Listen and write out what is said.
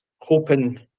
hoping